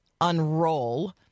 unroll